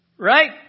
Right